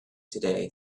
today